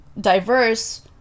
Diverse